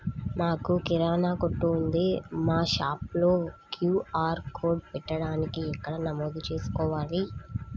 మాకు కిరాణా కొట్టు ఉంది మా షాప్లో క్యూ.ఆర్ కోడ్ పెట్టడానికి ఎక్కడ నమోదు చేసుకోవాలీ?